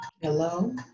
Hello